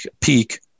peak